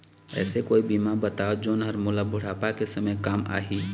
ऐसे कोई बीमा बताव जोन हर मोला बुढ़ापा के समय काम आही?